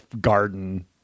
garden